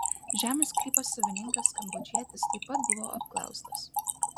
žemės sklypo savininkas kambodžietis taip pat buvo apklaustas